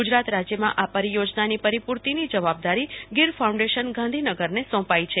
ગુજરાત રાજયમાં આ પરિયોજનાની પરિપૂર્તિની જવાબદારી હ્વગીર ફાઉન્ડેશન ગાંધીનગરને સોંપાઇ છે